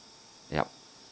yup